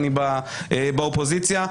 אני באופוזיציה.